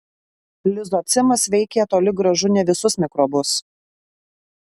lizocimas veikė toli gražu ne visus mikrobus